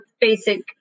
basic